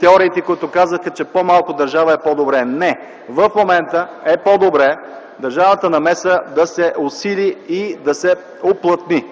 теориите, които казваха, че по-малко държава е по добре”. Не, в момента е по-добре държавната намеса да се усили и да се уплътни!